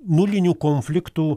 nulinių konfliktų